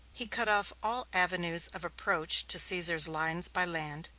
he cut off all avenues of approach to caesar's lines by land,